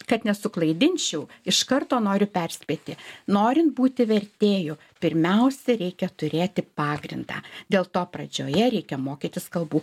kad nesuklaidinčiau iš karto noriu perspėti norint būti vertėju pirmiausia reikia turėti pagrindą dėl to pradžioje reikia mokytis kalbų